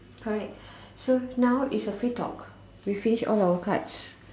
correct so now is a free talk we've finished all our cards